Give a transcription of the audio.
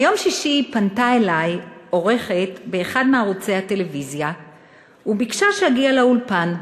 ביום שישי פנתה אלי עורכת באחד מערוצי הטלוויזיה וביקשה שאגיע לאולפן.